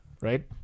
right